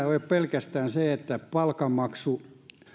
ole pelkästään se että palkanmaksu